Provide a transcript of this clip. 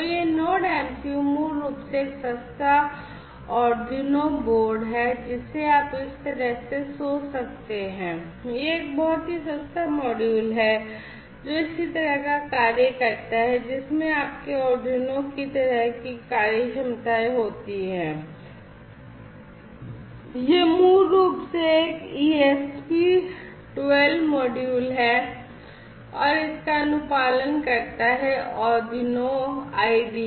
तो यह node MCU मूल रूप से एक सस्ता Arduino बोर्ड है जिसे आप इस तरह से सोच सकते हैं यह एक बहुत ही सस्ता मॉड्यूल है जो इसी तरह का कार्य करता है जिसमें आपके Arduino की तरह की कार्यक्षमताएं होती हैं और यह मूल रूप से एक ESP 12 मॉड्यूल है जो इसका अनुपालन करता है Arduino IDE